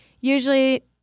Usually